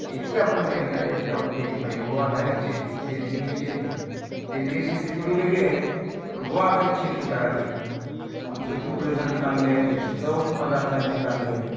शेती आपण गाईच्या याच्यावर केली पाहिजे गो आधारीत शेती सेंद्रिय शेती सेंद्रिय शेती थोडी वेगळी आहे पण गो आधारीत शेती करावी आमचे खूप रिझल्ट चांगले आहेत त्याची चव पदार्थांची चांगली आहे